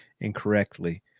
incorrectly